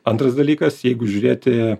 antras dalykas jeigu žiūrėti